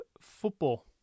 football